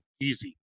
Easy